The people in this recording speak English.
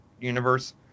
universe